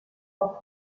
auf